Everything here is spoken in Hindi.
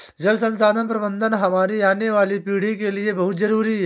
जल संसाधन प्रबंधन हमारी आने वाली पीढ़ी के लिए बहुत जरूरी है